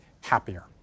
happier